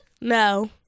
No